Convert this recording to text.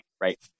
right